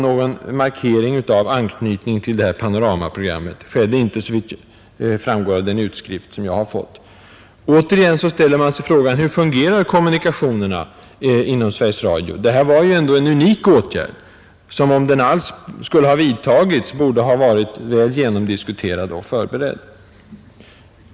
Någon markering av anknytningen till Panoramaprogrammet skedde inte, såvitt framgår av den utskrift som jag har fått. Återigen ställer man sig frågan: Hur fungerar kommunikationerna inom Sveriges Radio? Det här var ju ändå en unik åtgärd, som om den alls skulle ha vidtagits borde ha varit väl genomdiskuterad och förberedd.